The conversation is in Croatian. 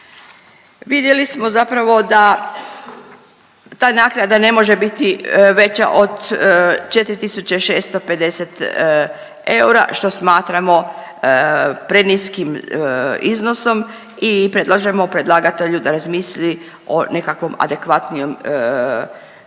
Vidjeli smo zapravo da ta naknada ne može biti veća od 4.650 eura što smatramo preniskim iznosom i predlažemo predlagatelju da razmisli o nekakvom adekvatnijem iznosu